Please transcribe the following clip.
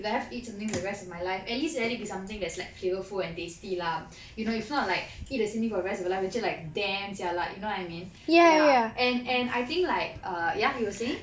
if I have to eat something for the rest of my life at least biryani is something that's like flavourful and tasty lah you know it's not like eat the same thing for the rest of your life actually like damn jialat you know what I mean ya and and I think like err ya you were saying